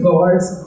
God's